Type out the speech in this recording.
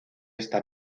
esta